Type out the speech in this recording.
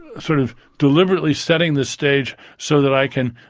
sort of, deliberately setting the stage so that i can,